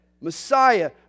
Messiah